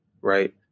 right